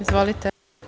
Izvolite.